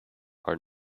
are